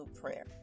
prayer